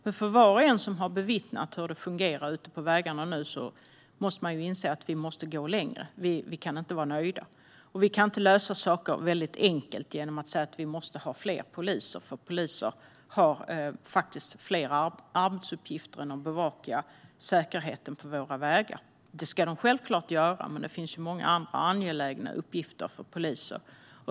Men var och en som har bevittnat hur det fungerar ute på vägarna nu måste ju inse att vi måste gå längre. Vi kan inte vara nöjda, och vi kan inte lösa saker väldigt enkelt genom att säga att vi måste ha fler poliser, för poliser har faktiskt fler arbetsuppgifter än att bevaka säkerheten på våra vägar. Det ska de självklart göra, men det finns ju många andra angelägna uppgifter för poliser.